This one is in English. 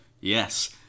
Yes